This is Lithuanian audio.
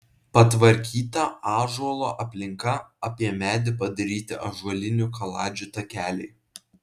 patvarkyta ąžuolo aplinka apie medį padaryti ąžuolinių kaladžių takeliai